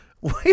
wait